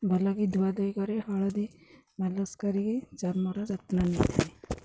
ଭଲକି ଧୁଆ ଧୁଇ କରି ହଳଦୀ ମାଲିସ କରିକି ଚର୍ମର ଯତ୍ନ ନେଇଥାଏ